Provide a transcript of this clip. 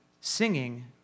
singing